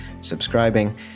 subscribing